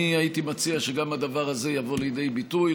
אני הייתי מציע שגם הדבר הזה יבוא לידי ביטוי.